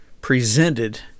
presented